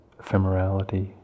ephemerality